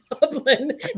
goblin